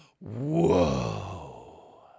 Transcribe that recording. whoa